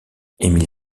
emile